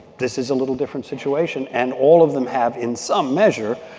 this is a little different situation. and all of them have, in some measure,